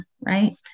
Right